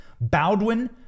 Baldwin